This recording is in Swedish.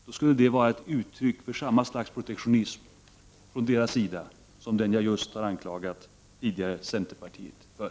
Då skulle det vara ett uttryck för samma slags protektionism från deras sida som den jag tidigare har anklagat centerpartiet för.